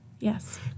Yes